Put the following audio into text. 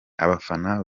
abafana